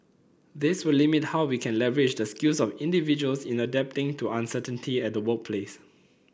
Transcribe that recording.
this will limit how we can leverage the skills of individuals in adapting to uncertainty at the workplace